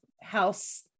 house